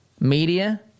Media